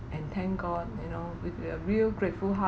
and thank god you know with a real grateful heart